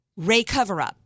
RayCoverUp